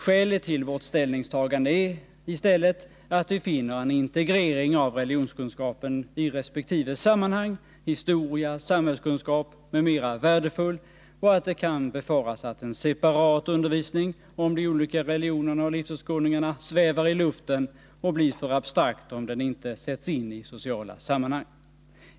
Skälet till vårt ställningstagande är i stället att vi finner en integrering av m.m. — värdefull och att det kan befaras att en separat undervisning om de Torsdagen den olika religionerna och livsåskådningarna svävar i luften och blir för abstrakt, 26 november 1981 om den inte sätts in i ett socialt sammanhang.